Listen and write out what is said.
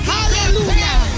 Hallelujah